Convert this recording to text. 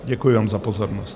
Děkuji vám za pozornost.